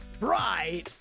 right